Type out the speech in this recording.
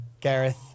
Gareth